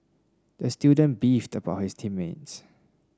the student beefed about his team mates